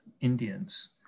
Indians